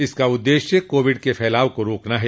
इसका उद्देश्य कोविड के फैलाव को रोकना है